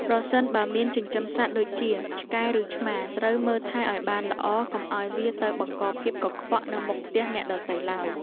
ប្រសិនបើមានចិញ្ចឹមសត្វដូចជាឆ្កែឬឆ្មាត្រូវមើលថែឱ្យបានល្អកុំឱ្យវាទៅបង្កភាពកខ្វក់នៅមុខផ្ទះអ្នកដទៃឡើយ។